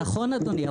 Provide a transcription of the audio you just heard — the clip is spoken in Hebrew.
נכון אדוני.